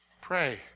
Pray